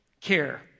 care